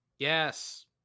Yes